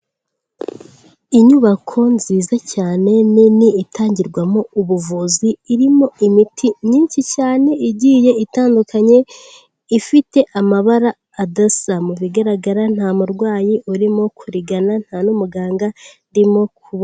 Inyubako nziza cyane nini itangirwamo ubuvuzi, irimo imiti myinshi cyane igiye itandukanye, ifite amabara adasa, mu bigaragara nta murwayi urimo kurigana, nta n'umuganga ndimo kubo...